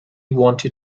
wanted